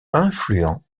influent